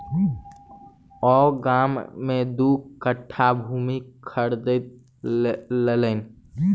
ओ गाम में दू कट्ठा भूमि खरीद लेलैन